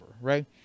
right